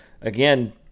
again